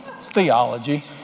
theology